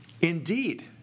Indeed